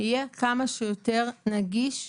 יהיה כמה שיותר נגיש,